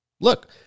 Look